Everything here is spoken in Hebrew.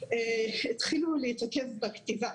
התחילו להתעכב בכתיבה.